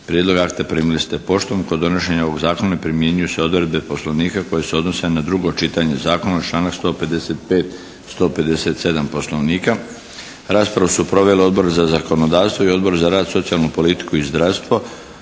Prijedlog akta primili ste poštom. Kod donošenja ovog zakona primjenjuju se odredbe Poslovnika koje se odnose na drugo čitanje zakona članak 155., 157. Poslovnika. Raspravu su proveli Odbor za zakonodavstvo i Odbor za rad, socijalnu politiku i zdravstvo.